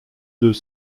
deux